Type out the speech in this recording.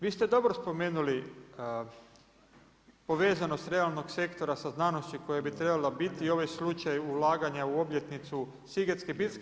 Vi ste dobro spomenuli povezanost realnog sektora sa znanošću koja bi trebala biti i ovaj slučaj ulaganja u obljetnicu sigetske bitke.